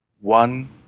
One